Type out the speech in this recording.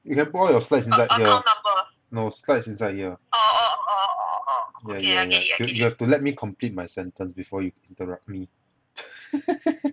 you can put all your stats inside here no stats inside here yeah yeah yeah get it you have to let me complete my sentence before you interrupt me